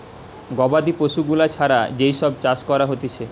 গবাদি পশু গুলা ছাড়া যেই সব চাষ করা হতিছে